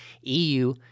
EU